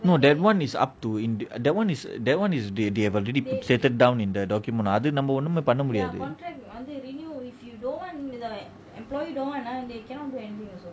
no that [one] is up to in the that [one] is that [one] is they they have already stated down in the document அது நம்ம ஒன்னுமே பண்ண முடியாது:athu namma onumey panna mudiyathu